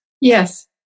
Yes